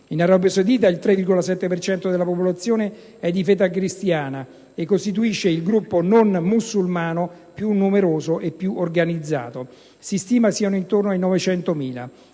In Arabia Saudita il 3,7 per cento della popolazione è di fede cristiana e costituisce il gruppo non musulmano più numeroso e più organizzato: si stima siano intorno ai 900.000.